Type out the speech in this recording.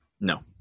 No